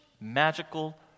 magical